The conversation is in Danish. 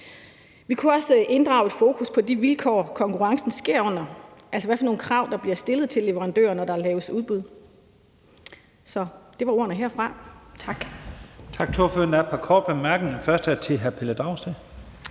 Vi kunne også inddrage et fokus på de vilkår, som konkurrencen sker under, altså hvad for nogle krav der bliver stillet til leverandører, når der laves udbud.